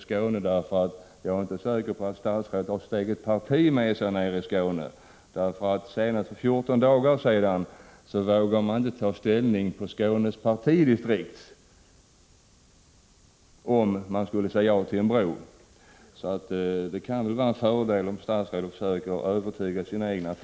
Jag är inte så säker på att statsrådet har sitt eget parti med sig nere i Skåne. Så sent som för 14 dagar sedan vågade man inom Skånes partidistrikt nämligen inte ta ställning till om man skulle säga ja till en bro. Därför kan det vara till fördel om statsrådet först försöker övertyga sina egna.